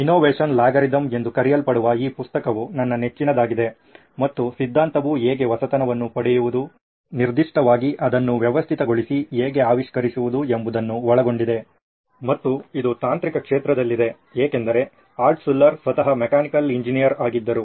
innovation algorithm ಎಂದು ಕರೆಯಲ್ಪಡುವ ಈ ಪುಸ್ತಕವು ನನ್ನ ನೆಚ್ಚಿನದಾಗಿದೆ ಮತ್ತು ಸಿದ್ಧಾಂತವು ಹೇಗೆ ಹೊಸತನವನ್ನು ಪಡೆಯುವುದು ನಿರ್ದಿಷ್ಟವಾಗಿ ಅದನ್ನು ವ್ಯವಸ್ಥಿತಗೊಳಿಸಿ ಹೇಗೆ ಆವಿಷ್ಕರಿಸುವುದು ಎಂಬುದನ್ನು ಒಳಗೊಂಡಿದೆ ಮತ್ತು ಇದು ತಾಂತ್ರಿಕ ಕ್ಷೇತ್ರದಲ್ಲಿದೆ ಏಕೆಂದರೆ ಆಲ್ಟ್ಶುಲ್ಲರ್ ಸ್ವತಃ ಮೆಕ್ಯಾನಿಕಲ್ ಎಂಜಿನಿಯರ್ ಆಗಿದ್ದರು